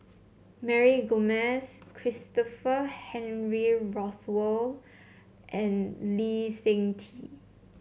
Mary Gomes Christopher Henry Rothwell and Lee Seng Tee